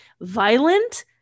Violent